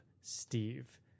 Steve